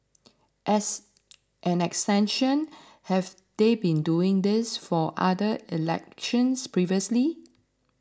as an extension have they been doing this for other elections previously